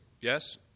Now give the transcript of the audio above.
yes